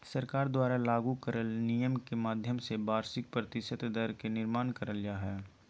सरकार द्वारा लागू करल नियम के माध्यम से वार्षिक प्रतिशत दर के निर्माण करल जा हय